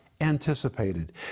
anticipated